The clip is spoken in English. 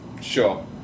Sure